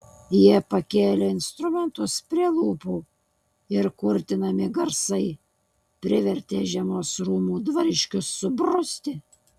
jie pakėlė instrumentus prie lūpų ir kurtinami garsai privertė žiemos rūmų dvariškius subruzti